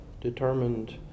determined